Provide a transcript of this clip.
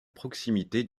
proximité